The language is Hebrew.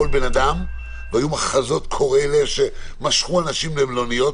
בן אדם והיו מחזות קורעי לב שמשכו אנשים למלוניות,